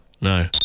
no